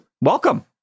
welcome